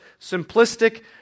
simplistic